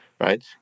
right